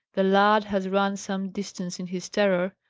the lad has run some distance in his terror,